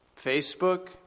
Facebook